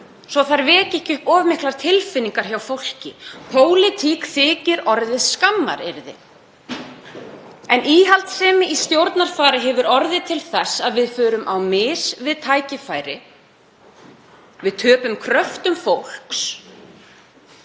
svo þær veki ekki upp of miklar tilfinningar hjá fólki. Pólitík þykir orðið skammaryrði. En íhaldssemi í stjórnarfari hefur orðið til þess að við förum á mis við tækifæri. Við töpum kröftum fólks